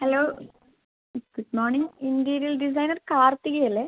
hello good morning interior designer കാർത്തികയല്ലേ